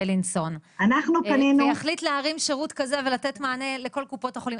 כמו בילינסון ויחליט להרים שירות כזה ולתת מענה לכל קופות החולים.